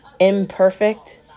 Imperfect